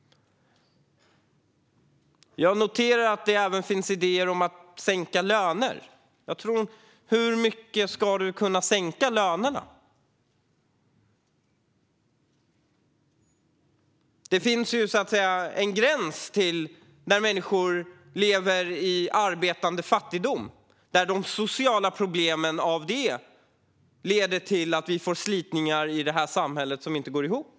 Jag noterar att det även finns idéer om att sänka löner. Men hur mycket kan man sänka lönerna? Det finns en gräns under vilken människor lever i arbetande fattigdom, och de sociala problemen med detta leder till slitningar i samhället som inte går ihop.